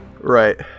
Right